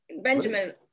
Benjamin